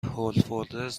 هولفودز